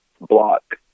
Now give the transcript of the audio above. block